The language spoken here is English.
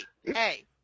hey